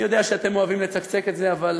אני יודע שאתם אוהבים לצקצק את זה, אבל